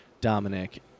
Dominic